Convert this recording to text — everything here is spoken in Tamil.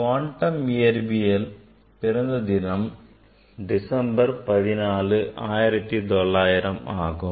குவாண்டம் இயற்பியல் பிறந்த தினம் டிசம்பர் 14 1900 ஆகும்